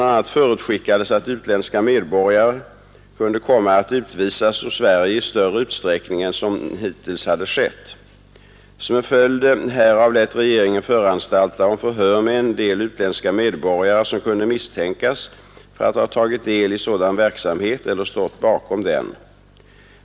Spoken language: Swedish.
a. förutskickades att utländska medborgare kunde komma att utvisas ur Sverige i större utsträckning än som dittills hade skett. Som en följd härav lät regeringen föranstalta om förhör med en del utländska medborgare som kunde misstänkas för att ha tagit del i sådan verksamhet eller stått bakom den.